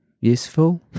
useful